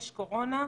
יש קורונה,